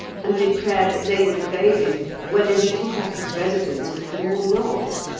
and declared that they would obey him whether he took up his residence with them or not.